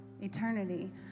eternity